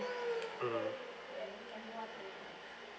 mm